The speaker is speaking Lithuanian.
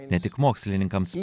ne tik mokslininkams